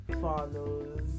follows